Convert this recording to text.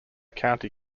county